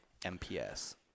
MPS